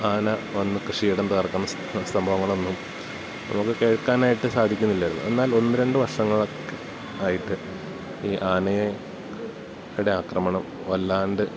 ആന വന്ന് കൃഷിയിടം തകർക്കുന്ന സംഭവങ്ങളൊന്നും നമുക്ക് കേൾക്കാനായിട്ട് സാധിക്കുന്നില്ലായിരുന്നു എന്നാൽ ഒന്ന് രണ്ട് വർഷങ്ങളൊക്കെ ആയിട്ട് ഈ ആനയുടെ ആക്രമണം വല്ലാണ്ട്